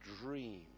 dream